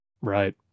Right